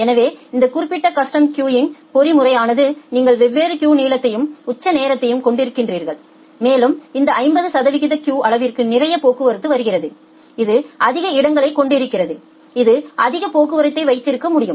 எனவே இந்த குறிப்பிட்ட கஸ்டம் கியூங் பொறிமுறையானது நீங்கள் வெவ்வேறு கியூ நீளத்தையும் உச்ச நேரத்தையும் கொண்டிருக்கிறீர்கள் மேலும் இந்த 50 சதவிகித கியூ அளவிற்கு நிறைய போக்குவரத்து வருகிறது இது அதிக இடங்களைக் கொண்டிருக்கிறது இது அதிக போக்குவரத்தை வைத்திருக்க முடியும்